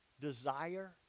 desire